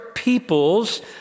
Peoples